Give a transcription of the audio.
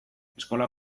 eskola